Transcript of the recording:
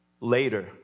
Later